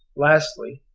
lastly,